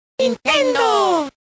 ¡Nintendo